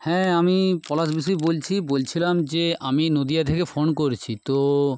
হ্যাঁ আমি পলাশ বিশী বলছি বলছিলাম যে আমি নদিয়া থেকে ফোন করছি তো